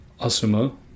Asuma